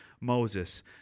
Moses